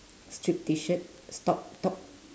stripe T-shirt top top